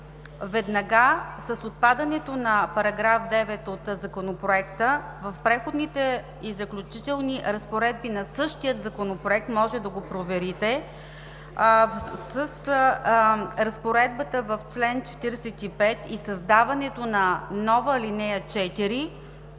Веднага с отпадането на § 9 от Законопроекта в Преходните и заключителни разпоредби на същия законопроект, може да го проверите, с разпоредбата в чл. 45 и създаването на нова ал. 4